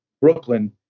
Brooklyn